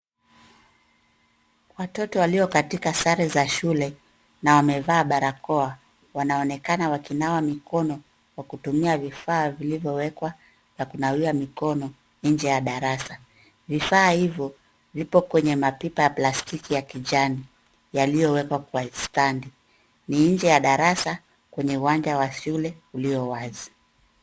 Watoto walio katika sare za shule na wamevaa barakoa, wanaonekana wakinawa mikono kwa kutumia vifaa vilivyowekwa vya kunawia mikono nje ya darasa. Vifaa hivyo vipo kwenye mapipa ya plastiki ya kijani yaliyowekwa kwa standi . Ni nje ya darasa kwenye uwanja wa shule ulio wazi.